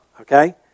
okay